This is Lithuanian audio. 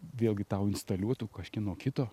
vėlgi tau instaliuotų kažkieno kito